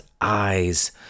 Eyes